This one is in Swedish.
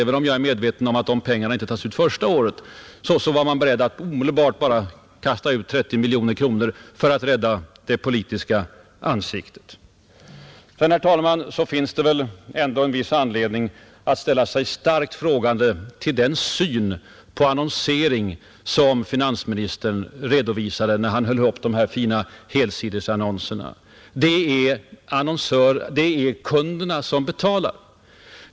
Även om de pengarna — det är jag medveten om — inte tas ut första året, var man i alla fall omedelbart beredd att kasta ut 30 miljoner kronor för att rädda det politiska ansiktet. Till sist, herr talman, finns det verkligen anledning att ställa sig starkt frågande till den syn på annonsering som finansministern redovisade när han nyss visade upp de fina helsidesannonserna och sade: det är kunderna som betalar.